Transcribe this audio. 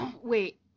Wait